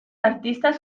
artistas